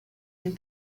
une